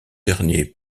dernier